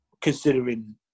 Considering